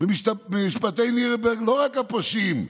במשפטי נירנברג לא רק הפושעים,